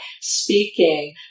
speaking